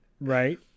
Right